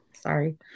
sorry